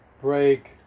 break